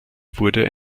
wurde